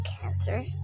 cancer